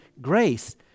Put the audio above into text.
grace